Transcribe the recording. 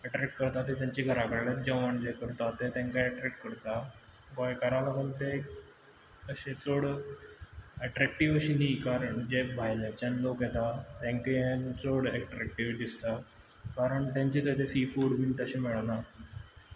attract करना तेंच्या घरा कडेन जें जेवण जें करता तें तेंकां एट्रेक्ट करता गोंयकारा लागून तें अशें चड एट्रेकटिव्ह अशें न्ही कारण जे भायल्यांच्यान लोक येता तेंक तें चड एट्रेकटिव्ह दिसता कारण तेंचें थंय तें सीफूड बीन तशें मेळना